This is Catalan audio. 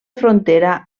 frontera